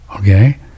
Okay